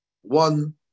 one